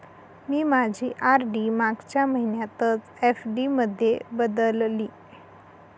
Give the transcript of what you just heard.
मी माझी आर.डी मागच्या महिन्यातच एफ.डी मध्ये बदलली